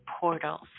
portals